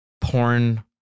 porn